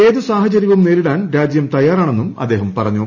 ഏത് സാഹചര്യവും നേരിടാൻ രാജ്യം തയ്യാറാണെന്നും അദ്ദേഹം പറഞ്ഞു